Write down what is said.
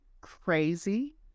crazy